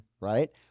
right